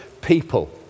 people